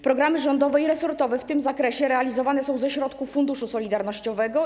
Programy rządowe i resortowe w tym zakresie realizowane są ze środków Funduszu Solidarnościowego.